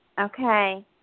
Okay